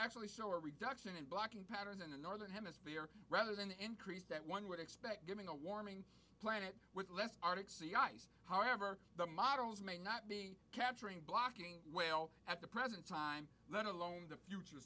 actually show a reduction in blocking patterns in the northern hemisphere rather than increase that one would expect given a warming planet with less arctic sea ice however the models may not be capturing blocking well at the present time let alone the future